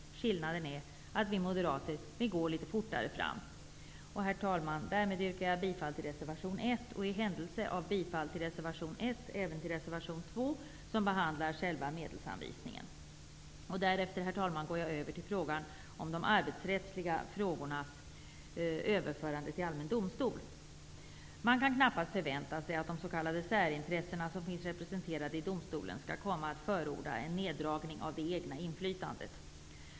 Skillnaden är att vi Moderater vill gå litet fortare fram. Herr talman! Därmed yrkar jag bifall till reservation 1 och i händelse av bifall till reservation Därefter går jag över till frågan om de arbetsrättsliga frågornas överförande till allmän domstol. Man kan knappast förvänta sig att de s.k. särintressena som finns representerade i domstolen skall komma att förorda en neddragning av det egna inflytandet.